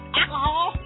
alcohol